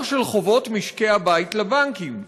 הר של חובות משקי הבית לבנקים.